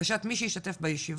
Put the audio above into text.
לבקשת מי שישתתף בהם,